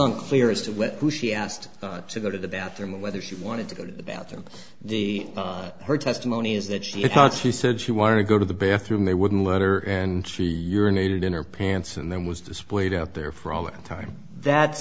to when she asked to go to the bathroom or whether she wanted to go to the bathroom the her testimony is that she thought she said she wanted to go to the bathroom they wouldn't let her and she needed in her pants and then was displayed up there for all that time that's